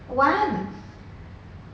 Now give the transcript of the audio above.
one